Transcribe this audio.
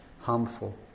harmful